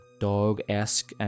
dog-esque